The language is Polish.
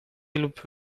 lub